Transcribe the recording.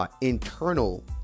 internal